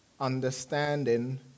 understanding